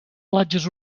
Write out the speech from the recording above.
platges